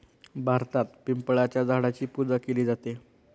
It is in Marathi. भारतात पिंपळाच्या झाडाची पूजा केली जाते